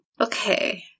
okay